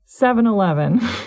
7-Eleven